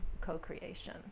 co-creation